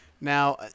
Now